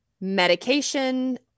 medication